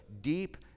deep